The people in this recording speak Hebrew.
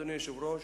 אדוני היושב-ראש,